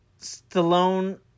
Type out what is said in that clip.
Stallone